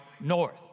north